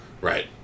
Right